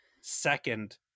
second